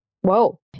Whoa